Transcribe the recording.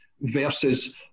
versus